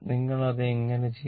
നിങ്ങൾ അത് എങ്ങനെ ചെയ്യും